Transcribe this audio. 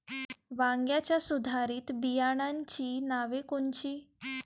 वांग्याच्या सुधारित बियाणांची नावे कोनची?